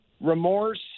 remorse